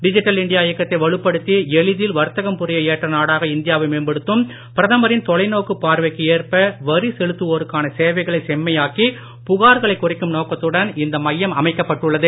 digital India இயக்கத்தை வலுப்படுத்தி எளிதில் வர்த்தகம் புரிய ஏற்ற நாடாக இந்தியாவை மேம்படுத்தும் பிரதமரின் தொலைநோக்கு பார்வைக்கு ஏற்ப வரி செலுத்துவோருக்கான சேவைகளை செம்மையாக்கி புகார்கைளை குறைக்கும் நோக்கத்துடன் இந்த மையம் அமைக்கப்பட்டுள்ளது